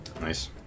nice